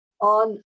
on